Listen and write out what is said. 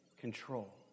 control